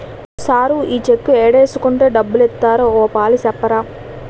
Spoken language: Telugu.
సారూ ఈ చెక్కు ఏడేసుకుంటే డబ్బులిత్తారో ఓ పాలి సెప్పరూ